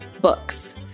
Books